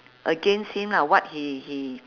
against him lah what he he